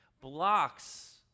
blocks